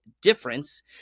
difference